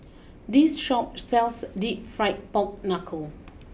this Shop sells deep Fried Pork Knuckle